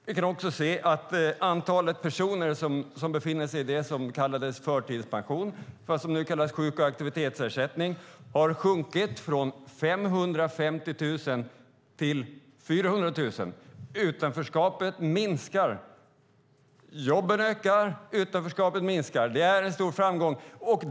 Vi kan också se att antalet personer som befinner sig i det som kallats förtidspension och som nu kallas sjuk och aktivitetsersättning har sjunkit från 550 000 till 400 000. Utanförskapet minskar och jobben ökar. Det är en stor framgång.